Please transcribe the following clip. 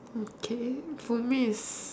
okay for me is